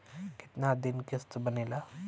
कितना दिन किस्त बनेला?